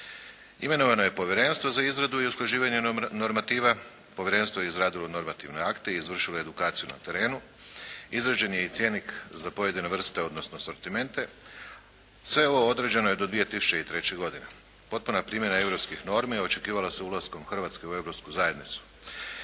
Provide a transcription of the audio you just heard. Imenovano je povjerenstvo za izradu i usklađivanje normativa. Povjerenstvo je izradilo normativne akte i izvršilo edukaciju na terenu. Izrađen je i cjenik za pojedine vrste odnosno sortimente. Sve ovo određeno je do 2003. godine. Potpuna primjena europskih normi očekivala se ulaskom Hrvatske u Europsku zajednicu.